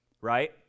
right